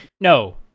no